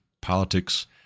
politics